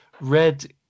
red